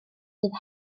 sydd